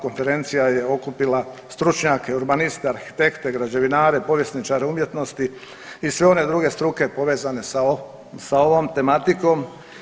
Konferencija je okupila stručnjake urbaniste, arhitekte, građevinare, povjesničare umjetnosti i sve one druge struke povezane sa ovom tematikom.